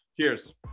Cheers